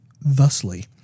thusly